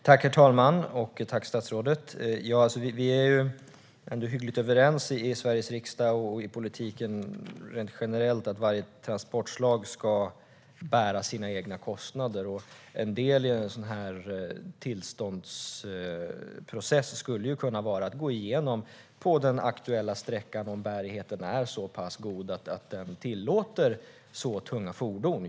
Herr talman! Jag tackar statsrådet. Vi är ändå hyggligt överens om i Sveriges riksdag och i politiken rent generellt att varje transportslag ska bära sina egna kostnader. En del i en sådan här tillståndsprocess skulle kunna vara att gå igenom om bärigheten på den aktuella sträckan är så pass god att den tillåter så tunga fordon.